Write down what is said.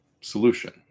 solution